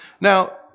Now